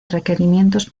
requerimientos